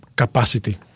capacity